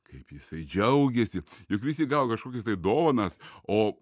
kaip jisai džiaugėsi juk visi gavo kažkokias tai dovanas o